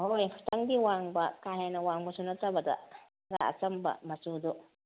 ꯍꯣꯏ ꯈꯤꯇꯪꯗꯤ ꯋꯥꯡꯕ ꯀꯥ ꯍꯦꯟꯅ ꯋꯥꯡꯕꯁꯨ ꯅꯠꯇꯕꯗ ꯈꯔ ꯑꯆꯝꯕ ꯃꯆꯨꯗꯨ